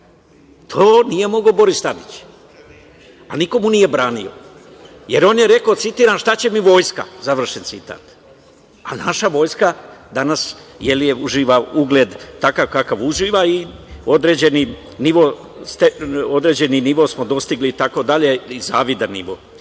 To nije mogao Boris Tadić, a niko mu nije branio, jer on je rekao, citiram – šta će mi vojska? Završen citat. A naša vojska danas uživa ugled takav kakav uživa i određeni nivo smo dostigli, zavidan nivo. Još